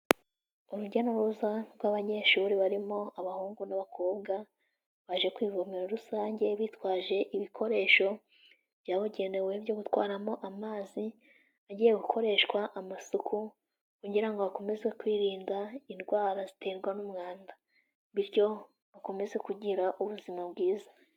Urujya n'uruza rw'abanyeshuri barimo abahungu n'abakobwa, baje kwivomero rusange bitwaje ibikoresho byabugenewe byo gutwaramo amazi, agiye gukoreshwa amasuku kugira ngo bakomeze kwirinda indwara ziterwa n'umwanda, bityo bakomeze kugira ubuzima bwiza.